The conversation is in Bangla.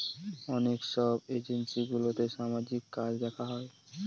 অনেক সব এনজিওগুলোতে সামাজিক কাজ দেখা হয়